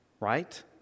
right